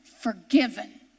forgiven